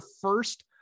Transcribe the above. first